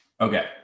Okay